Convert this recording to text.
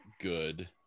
good